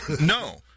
No